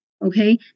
Okay